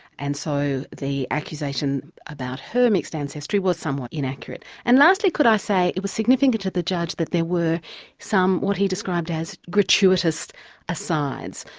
and so the accusation about her mixed ancestry was somewhat inaccurate. and lastly could i say, it was significant to the judge that there were some, what he described as gratuitous asides.